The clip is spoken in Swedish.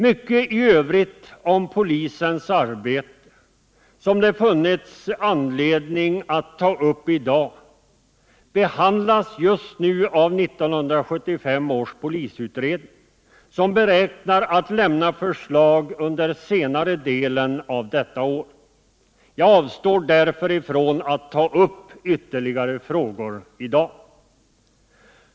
Mycket i övrigt om polisens arbete, som det funnits anledning att ta upp i dag, behandlas just nu i 1975 års polisutredning, som beräknar att lämna förslag under senare delen av detta år. Jag avstår därför från att ta upp ytterligare frågor i dag.